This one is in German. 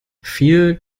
viel